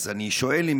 אז אני שואל אם